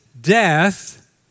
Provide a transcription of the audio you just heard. death